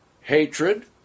hatred